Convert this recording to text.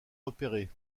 repérés